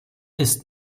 ist